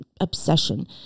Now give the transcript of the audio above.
obsession